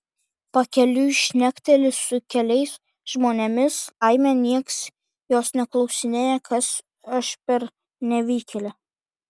pakeliui šnekteli su keliais žmonėmis laimė niekas jos neklausinėja kas aš per nevykėlė